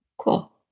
Cool